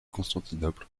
constantinople